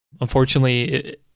Unfortunately